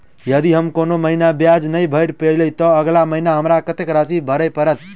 यदि हम कोनो महीना ब्याज नहि भर पेलीअइ, तऽ अगिला महीना हमरा कत्तेक राशि भर पड़तय?